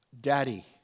Daddy